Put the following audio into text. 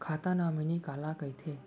खाता नॉमिनी काला कइथे?